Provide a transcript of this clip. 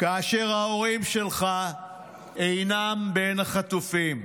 כאשר ההורים שלך אינם בין החטופים.